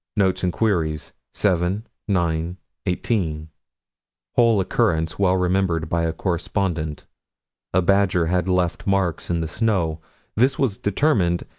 notes and queries, seven nine eighteen whole occurrence well-remembered by a correspondent a badger had left marks in the snow this was determined,